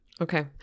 Okay